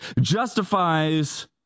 justifies